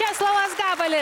česlovas gabalis